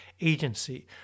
agency